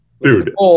Dude